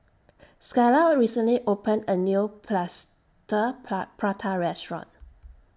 Skylar recently opened A New Plaster Prata Restaurant